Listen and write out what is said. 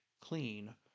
clean